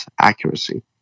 accuracy